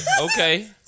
okay